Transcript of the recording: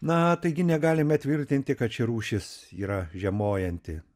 na taigi negalime tvirtinti kad ši rūšis yra žiemojanti